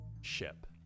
ship